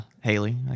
Haley